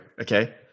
Okay